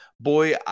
boy